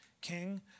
king